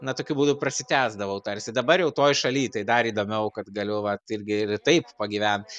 na tokiu būdu prasitęsdavau tarsi dabar jau toj šaly tai dar įdomiau kad galiu vat irgi ir taip pagyvent